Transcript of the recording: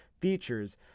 features